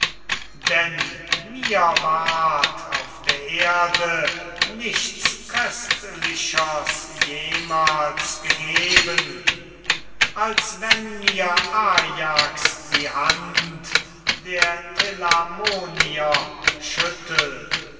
denn mir ward auf der erde nichts köstlichers jemals gegeben als wenn mir ajax die hand der telamonier schüttelt